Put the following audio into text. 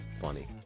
funny